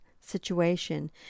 situation